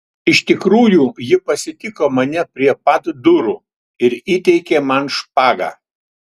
iš tikrųjų ji pasitiko mane prie pat durų ir įteikė man špagą